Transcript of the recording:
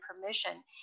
permission